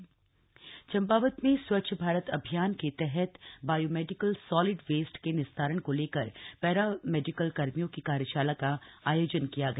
कार्यशाला चंपावत चंपावत में स्वच्छ भारत अभियान के तहत बायोमेडिकल सॉलिड वेस्ट के निस्तारण को लेकर पैरामेडिकल कर्मियों की कार्यशाला का आयोजन किया गया